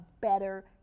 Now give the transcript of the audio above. better